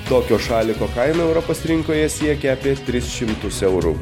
tokio šaliko kaina europos rinkoje siekia apie tris šimtus eurų